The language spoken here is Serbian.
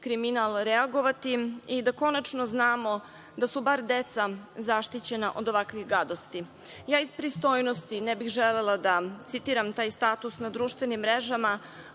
kriminal reagovati i da konačno znamo da su bar deca zaštićena od ovakvih gadosti. Iz pristojnosti ne bih želela, citiram taj status na društvenim mrežama,